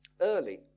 early